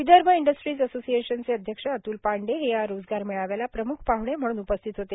Vidarbha industries असोसिएशनचे अध्यक्ष अत्ल पांडे हे या रोजगार मेळाव्याला प्रम्ख पाहणे म्हणून उपस्थित होते